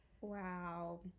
wow